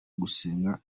gusenga